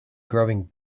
grubbing